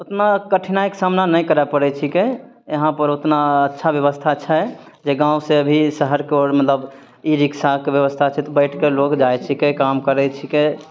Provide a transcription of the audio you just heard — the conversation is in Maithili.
उतना कठिनाइके सामना नहि करए पड़ै छिकै एहाँपर ओतना अच्छा व्यवस्था छै जे गाँवसे अभी शहरकी ओर मतलब ई रिक्शाक ब्यवस्था तऽ बैठके लोग जाइ छिकै काम करै छिकै